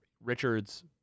Richards